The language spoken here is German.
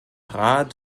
rat